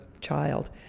child